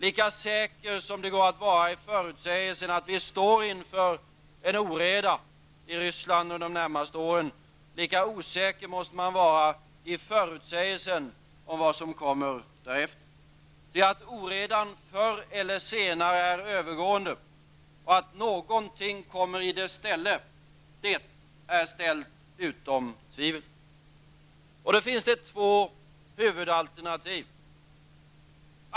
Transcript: Lika säker som det går att vara i förutsägelsen att vi står inför en oreda i Ryssland under de närmaste åren, lika osäker måste man vara i förutsägelsen om vad som kommer därefter. Ty att oredan förr eller senare är övergående, och att någonting kommer i dess ställe, är ställt utom tvivel. Det finns två huvudalternativ.